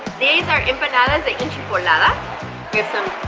these are empanada say entra por nada different